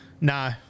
No